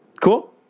Cool